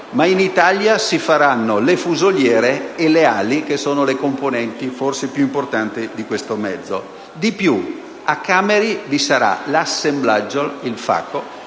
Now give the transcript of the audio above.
ma in Italia si faranno le fusoliere e le ali, che sono le componenti forse più importanti di questo mezzo. Di più: a Cameri vi sarà di fatto l'assemblaggio finale